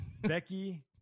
Becky